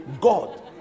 God